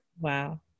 Wow